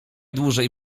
dłużej